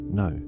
no